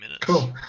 Cool